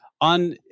on